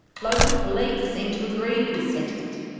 local police seem to agree with this sentiment.